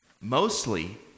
Mostly